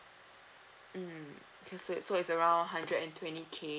mm okay so it's so it's around hundred and twenty K~